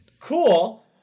Cool